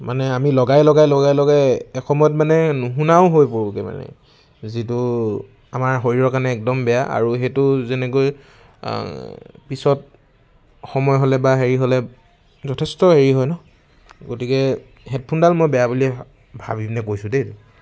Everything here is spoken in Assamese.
মানে আমি লগাই লগাই লগাই লগাই এসময়ত মানে নুশুনাও হৈ পৰোগে মানে যিটো আমাৰ শৰীৰৰ কাৰণে একদম বেয়া আৰু সেইটো যেনেকৈ পিছত সময় হ'লে বা হেৰি হ'লে যথেষ্ট হেৰি হয় ন গতিকে হেডফোনডাল মই বেয়া বুলি ভাবিপেনে কৈছো দেই